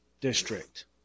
District